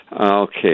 Okay